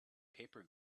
paper